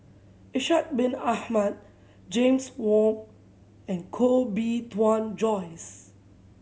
Ishak Bin Ahmad James Wong and Koh Bee Tuan Joyce